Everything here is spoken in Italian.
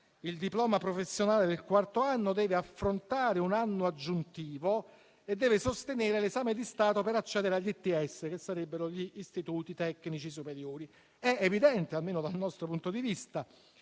il diploma professionale del quarto anno deve affrontare un anno aggiuntivo e deve sostenere l'esame di Stato per accedere agli ITS, che sarebbero gli istituti tecnici superiori. È evidente, almeno dal nostro punto di vista,